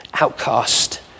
outcast